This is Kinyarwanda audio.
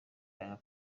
yanga